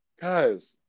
guys